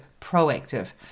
proactive